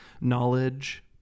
knowledge